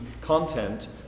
content